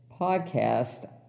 podcast